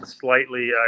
slightly